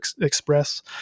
express